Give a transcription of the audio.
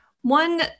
One